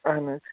اَہَن حظ